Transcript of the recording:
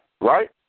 right